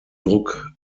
druck